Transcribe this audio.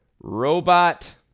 Robot